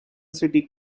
city